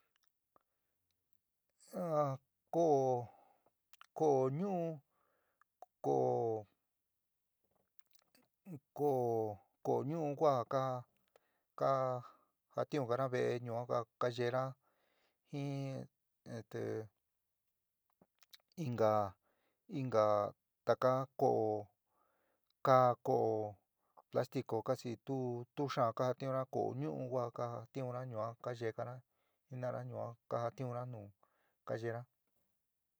Ko'o ko'o ñu'u ko'o ko'o ko'o ñu'u ka kajatiunganá ve'é ñua kua ka yeéna jin esté inka inka taka ko'o kaá ko'o plástico casi tu tu xaán jatiunna ko'o ñu'u ku ja kajatiunna ñua ka yeégana jina'ana yuan ka jatiunna nu kayeéna.